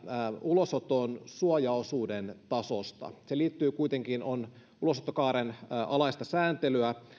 ulosoton suojaosuuden tasosta se liittyy kuitenkin tähän on ulosottokaaren alaista sääntelyä